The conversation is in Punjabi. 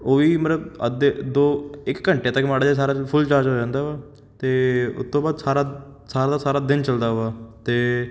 ਉਹ ਵੀ ਮਤਲਬ ਅੱਧੇ ਦੋ ਇੱਕ ਘੰਟੇ ਤੱਕ ਮਾੜਾ ਜਿਹਾ ਸਾਰਾ ਫੁੱਲ ਚਾਰਜ ਹੋ ਜਾਂਦਾ ਵਾ ਅਤੇ ਉਸ ਤੋਂ ਬਾਅਦ ਸਾਰਾ ਸਾਰਾ ਦਾ ਸਾਰਾ ਦਿਨ ਚੱਲਦਾ ਵਾ ਅਤੇ